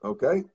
Okay